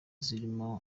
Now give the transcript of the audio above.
zirimo